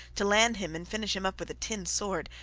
to land him and finish him up with a tin sword,